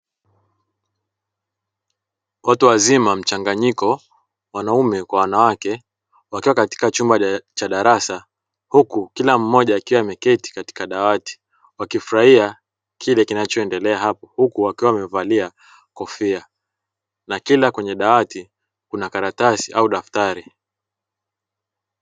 Watu wazima mchanganyiko wanaume kwa wanawake wakiwa katika chumba cha darasa, huku kila mmoja akiwa ameketi katika dawati wakifurahia kile kinachoendelea hapo, huku wakiwa wamevalia kofia, na kila kwenye dawati kuna karatasi au daftari.